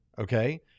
Okay